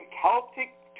Celtic